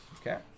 Okay